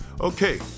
Okay